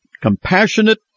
compassionate